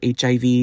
hiv